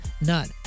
None